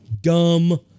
dumb